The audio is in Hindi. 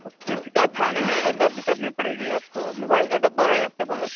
उसकी शिकायत थाने में आकर दर्ज करने पड़ेगी आपको मोबाईल का डब्बा है आपके पास